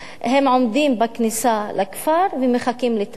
עומדות בכניסה לכפר ומחכים לטרמפים.